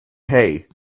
hay